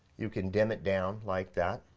you can dim it down like that.